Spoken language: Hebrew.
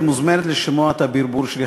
את מוזמנת לשמוע את הברבור שלי,